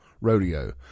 Rodeo